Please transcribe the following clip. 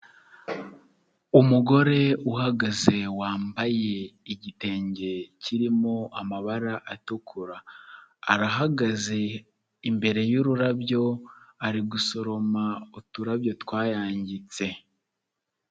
Umugore uhagaze wambaye igitenge kirimo amabara atukura, arahagaze imbere y'ururabyo ari gusoroma uturabyo twayangitse.